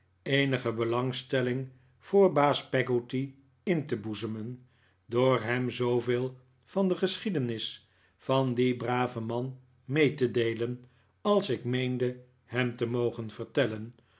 eenige belangstelling voor baas peggotty in te boezemen door hem zooveel van de geschiedenis van dien braven man mee te deelen als ik meende hem te mogen vertellen